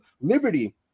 Liberty